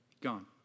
Gone